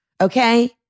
Okay